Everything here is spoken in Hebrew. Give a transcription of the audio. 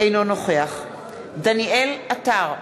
אינו נוכח דניאל עטר,